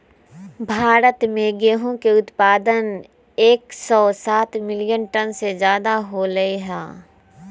भारत में गेहूं के उत्पादन एकसौ सात मिलियन टन से ज्यादा होलय है